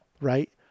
right